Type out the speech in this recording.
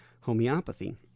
homeopathy